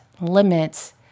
limits